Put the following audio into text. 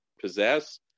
possess